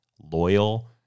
loyal